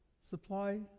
supply